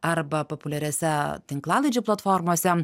arba populiariose tinklalaidžių platformose